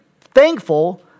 thankful